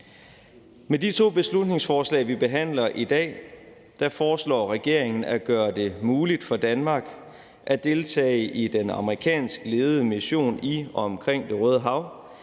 Med de to beslutningsforslag, vi behandler i dag, foreslår regeringen at gøre det muligt for Danmark at deltage i den amerikansk ledede mission i og omkring Det Røde Hav